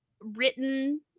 written